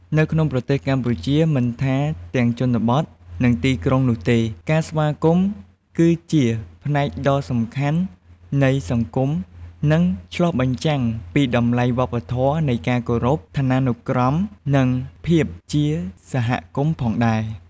នៅក្នុងប្រទេសកម្ពុជាមិនថាទាំងជនបទ និងទីក្រុងនោះទេ ការស្វាគមន៍គឺជាផ្នែកដ៏សំខាន់នៃសង្គម និងឆ្លុះបញ្ចាំងពីតម្លៃវប្បធម៌នៃការគោរព ឋានានុក្រម និងភាពជាសហគមន៍ផងដែរ។